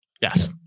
Yes